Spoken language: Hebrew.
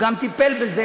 גם הוא טיפל בזה,